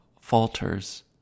falters